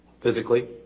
Physically